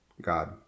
god